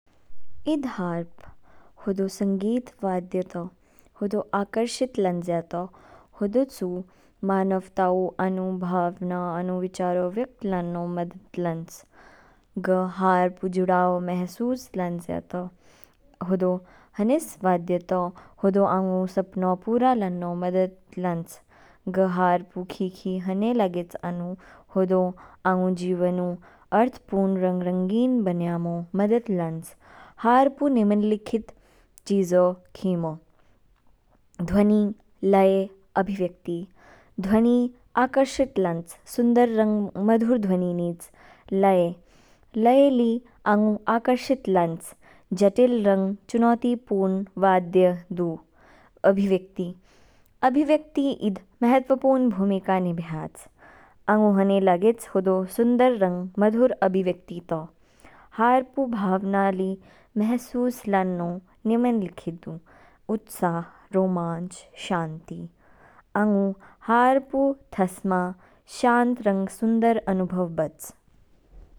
Eid harp, हदौ संगीत वाद्य तौ, हदौ आकर्षित लानजया तौ, हदौचु मानवताउ आनु भावना, आनु विचारो व्यक्त लान्नौ मदद लानच। ग हार्प ऊ जुड़ाव महसूस लानजया तौक, हदौ हनेस वाद्य तौ, हदौ आंगु सपनाउ पूरा लान्नौ मदद लानच। ग हार्प ऊ खिखी हनै लागेच आनु हदौ आंगु जीवनउ अर्थपूर्ण रंग रंगीन बनयैमो मदद लानच। हार्प ऊ निम्नलिखित चीजौ खिमौ, ध्वनि, लय, अभिव्यक्ति। ध्वनि आकर्षक लानच, सुंदर रंग मधुर ध्वनि निच। लय, लय ली आंगु आकर्षक लानच, जटिल रंग चुनौतिपूरण वाद्य दु। अभिव्यक्ति, अभिव्यक्ति ईद महत्त्वपूर्ण भूमिका निभयाच, आंगु हनै लागेच हदौ सुंदर रंग मधुर अभिव्यक्ति तौ। हार्पऊ भावना ली महसूस लान्नौ निम्नलिखित दु। उत्साह, रोमांच, शांति। आंगु हार्पऊ थासमा शांत रंग सुंदर अनुभव बच।